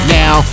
now